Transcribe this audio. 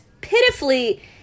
pitifully